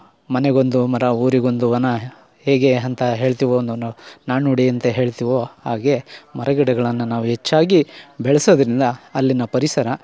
ಮನೆಗೊಂದು ಮರ ಊರಿಗೊಂದು ವನ ಹೇಗೇ ಅಂತ ಹೇಳ್ತೀವೋ ಒಂದನ್ನು ನಾಣ್ಣುಡಿಯಂತೆ ಹೇಳ್ತೀವೋ ಹಾಗೇ ಮರಗಿಡಗಳನ್ನು ನಾವು ಹೆಚ್ಚಾಗಿ ಬೆಳೆಸೋದರಿಂದ ಅಲ್ಲಿನ ಪರಿಸರ